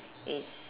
is